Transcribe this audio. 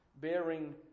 bearing